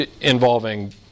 involving